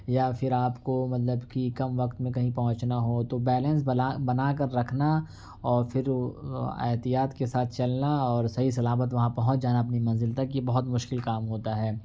یا پھر آپ کو مطلب کہ کم وقت میں کہیں پہنچنا ہو تو بیلینس بلا بنا کر رکھنا اور پھر احتیاط کے ساتھ چلنا اور صحیح سلامت وہاں پہنچ جانا اپنی منزل تک یہ بہت مشکل کام ہوتا ہے